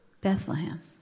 Bethlehem